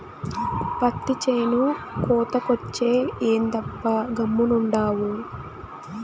పత్తి చేను కోతకొచ్చే, ఏందబ్బా గమ్మునుండావు